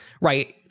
right